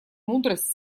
мудрость